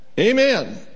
Amen